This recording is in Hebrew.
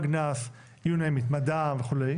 הגנ"ס, מדע וכו'.